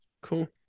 Cool